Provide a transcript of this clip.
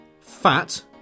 fat